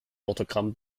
autogramm